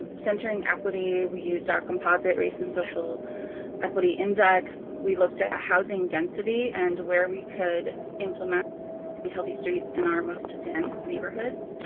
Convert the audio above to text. centering equity, we used our composite race and social equity index. we looked at housing density and where we could implement the healthy streets in our most dense neighborhoods.